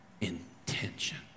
intention